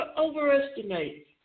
overestimate